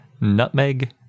Nutmeg